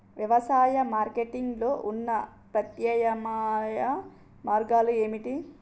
వ్యవసాయ మార్కెటింగ్ లో ఉన్న ప్రత్యామ్నాయ మార్గాలు ఏమిటి?